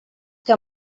que